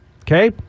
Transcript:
okay